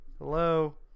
Hello